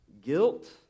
guilt